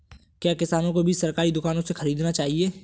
क्या किसानों को बीज सरकारी दुकानों से खरीदना चाहिए?